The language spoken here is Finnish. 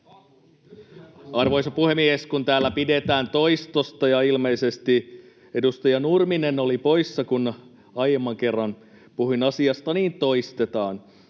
Arvoisa puhemies! Kun täällä pidetään toistosta ja ilmeisesti edustaja Nurminen oli poissa, kun aiemman kerran puhuin asiasta, niin toistetaan.